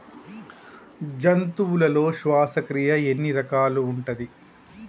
జంతువులలో శ్వాసక్రియ ఎన్ని రకాలు ఉంటది?